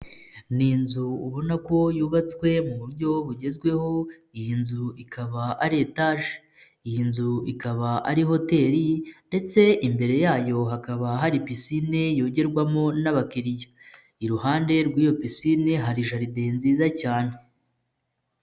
Ni inzu ubona ko yubatswe mu buryo bugezweho iyi nzu ikaba ari etaje, iyi nzu ikaba ari hoteri ndetse imbere yayo hakaba hari pisine yogerwamo n'abakiriya, iruhande rw'iyo pisine hari jaride nziza cyane.